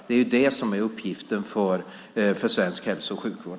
Det är det som är uppgiften för svensk hälso och sjukvård.